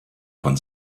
von